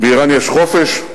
באירן יש חופש?